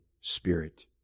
Spirit